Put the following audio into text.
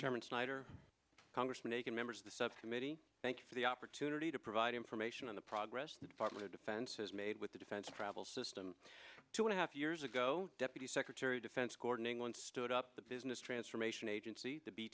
chairman snyder congressman akin members of the subcommittee thank you for the opportunity to provide information on the progress the department of defense has made with the defense travel system two and a half years ago deputy secretary of defense gordon england stood up the business transformation agency the b